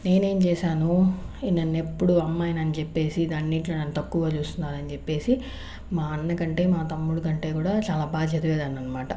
నేనేం చేశాను నన్నెప్పుడూ అమ్మాయిని అని చెప్పేసి అన్నిట్లో నన్ను తక్కువ చూస్తున్నారని చెప్పేసి మా అన్న కంటే మా తమ్ముడు కంటే కూడా చాలా బాగా చదివేదాన్ని అనమాట